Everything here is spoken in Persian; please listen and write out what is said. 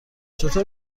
چطور